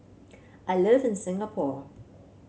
I live in Singapore